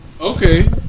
Okay